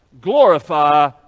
glorify